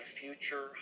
future